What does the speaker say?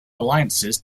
alliances